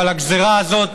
אבל הגזרה הזאת,